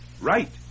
Right